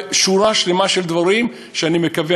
שורה שלמה של דברים שאני מקווה,